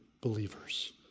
believers